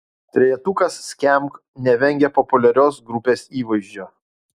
trejetukas skamp nevengia populiarios grupės įvaizdžio